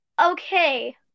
Okay